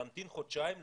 להמתין חודשיים,